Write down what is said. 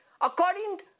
according